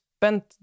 spent